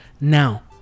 Now